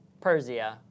Persia